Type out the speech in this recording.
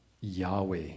Yahweh